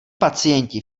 pacienti